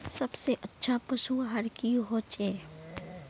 सबसे अच्छा पशु आहार की होचए?